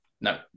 No